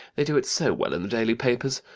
they do it so well in the daily papers.